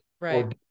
right